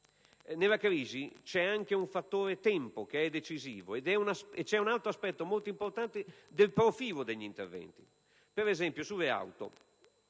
Nella crisi c'è anche un fattore tempo che è decisivo e c'è un altro aspetto molto importante che concerne il profilo degli interventi. Ad esempio, va